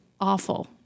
awful